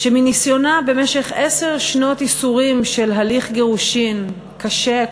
שמניסיונה במשך עשר שנות ייסורים של הליך גירושים קשה,